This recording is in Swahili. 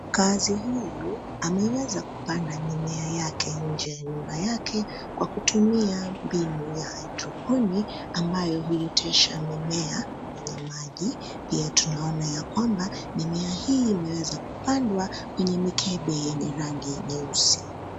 Mkaazi huyu ameweza kupanda mimea yake nje ya nyumba yake kwa kutumia mbinu ya Hydroponic ambayo huotesha mimea kwenye maji. Pia tunaona ya kwamba mimea hii imeweza kupandwa kwenye mikebe ya rangi nyeusi.